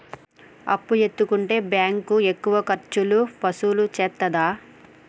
అప్పు ఎత్తుకుంటే బ్యాంకు ఎక్కువ ఖర్చులు వసూలు చేత్తదా?